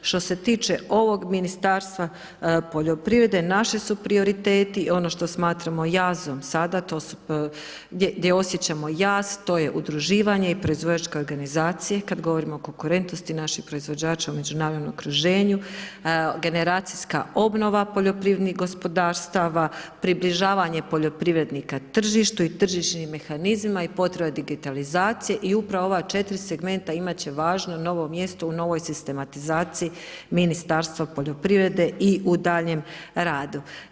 Što se tiče ovog Ministarstva poljoprivrede, naši su prioriteti, ono što smatramo jazom sada, to su, gdje osjećamo jaz, to je udruživanje i proizvođačka organizacije, kad govorimo konkurentnosti naših proizvođača u međunarodnom okruženju, generacijska obnova poljoprivrednih gospodarstava, približavanje poljoprivrednika tržištu i tržišnim mehanizmima, i potreba digitalizacije, i upravo ova 4 segmenta imat će važno +novo mjesto u novoj sistematizaciji Ministarstva poljoprivrede, i u daljnjem radu.